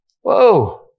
whoa